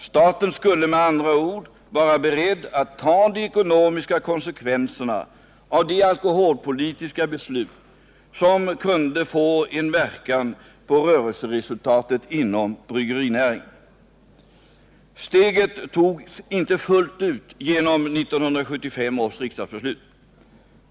Staten skulle med andra ord vara beredd att ta de ekonomiska konsekvenserna av de alkoholpolitiska beslut som kunde få en verkan på rörelseresultatet inom bryggerinäringen. Steget togs inte fullt ut genom 1975 års riksdagsbeslut.